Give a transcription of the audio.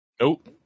Nope